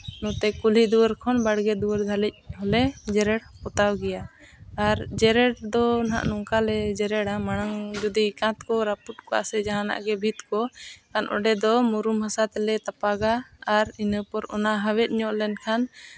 ᱱᱚᱛᱮ ᱠᱩᱞᱦᱤ ᱫᱩᱣᱟᱹᱨ ᱠᱷᱚᱱ ᱵᱟᱲᱜᱮ ᱫᱩᱣᱟᱹᱨ ᱫᱷᱟᱹᱵᱤᱡ ᱦᱚᱸᱞᱮ ᱡᱮᱨᱮᱲ ᱯᱚᱛᱟᱣ ᱜᱮᱭᱟ ᱟᱨ ᱡᱮᱨᱮᱲ ᱫᱚ ᱦᱟᱸᱜ ᱱᱚᱝᱠᱟ ᱞᱮ ᱡᱮᱨᱮᱲᱟ ᱢᱟᱲᱟᱝ ᱡᱩᱫᱤ ᱠᱟᱸᱛ ᱠᱚ ᱨᱟᱹᱯᱩᱫ ᱠᱚᱜᱼᱟ ᱥᱮ ᱡᱟᱦᱟᱱᱟᱜ ᱜᱮ ᱵᱷᱤᱛ ᱠᱚ ᱠᱷᱟᱱ ᱚᱸᱰᱮ ᱫᱚ ᱢᱩᱨᱟᱹᱢ ᱦᱟᱥᱟ ᱛᱮᱞᱮ ᱛᱟᱯᱟᱜᱟ ᱟᱨ ᱤᱱᱟᱹᱯᱚᱨ ᱚᱱᱟ ᱦᱟᱣᱮᱫ ᱧᱚᱜ ᱞᱮᱱᱠᱷᱟᱱ